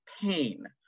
pain